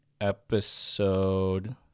episode